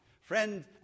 Friend